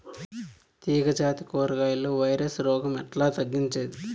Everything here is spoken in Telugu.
తీగ జాతి కూరగాయల్లో వైరస్ రోగం ఎట్లా తగ్గించేది?